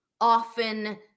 often